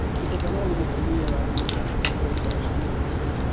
because i don't want to make a meal out of this, that's what i said last year also,